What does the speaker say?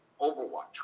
Overwatch